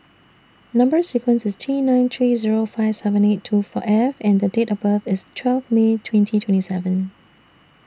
Number sequence IS T nine three Zero five seven eight two F and Date of birth IS twelve May twenty twenty seven